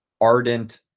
ardent